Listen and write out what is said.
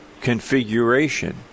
configuration